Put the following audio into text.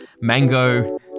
mango